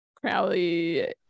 Crowley